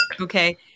Okay